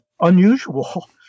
unusual